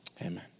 Amen